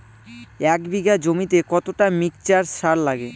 এক বিঘা জমিতে কতটা মিক্সচার সার লাগে?